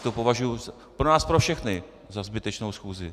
To považuji pro nás pro všechny za zbytečnou schůzi.